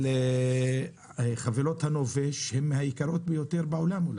אבל חברות הנופש הן היקרות ביותר בעולם אולי.